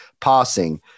passing